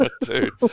Dude